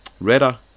Redder